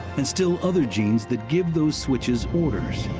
and still other genes that give those switches orders.